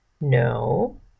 no